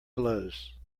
blows